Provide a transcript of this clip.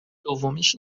دومیش